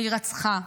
להירצחה.